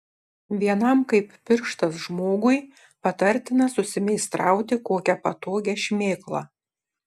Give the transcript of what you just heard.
vienam kaip pirštas žmogui patartina susimeistrauti kokią patogią šmėklą